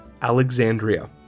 Alexandria